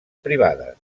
privades